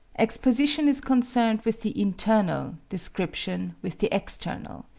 exposition is concerned with the internal, description with the external.